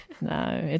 No